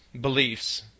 beliefs